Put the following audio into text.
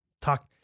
Talk